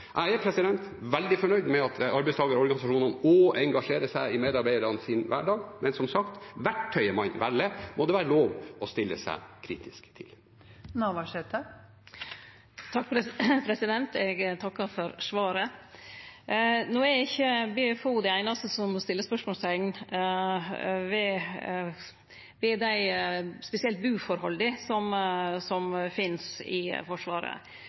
Jeg er veldig fornøyd med at arbeidstakerorganisasjonene også engasjerer seg i medarbeidernes hverdag, men verktøyet man velger, må det som sagt være lov til å stille seg kritisk til. Eg takkar for svaret. BFO er ikkje dei einaste som set spørsmålsteikn ved spesielt buforholda som finst i Forsvaret. Tillitsvaldordninga i Forsvaret,